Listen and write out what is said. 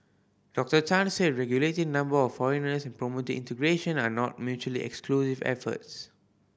Doctor Tan said regulating number of foreigners and promoting integration are not mutually exclusive efforts